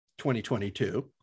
2022